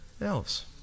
else